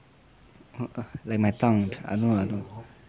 like my tongue I don't know lah